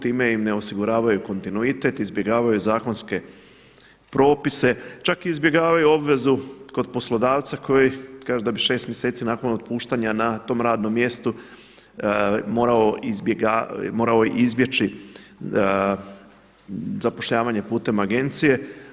Time im ne osiguravaju kontinuitet, izbjegavaju zakonske propise čak izbjegavaju obvezu kod poslodavca koji kaže da bi šest mjeseci nakon otpuštanja na tom radnom mjestu morao izbjeći zapošljavanje putem agencije.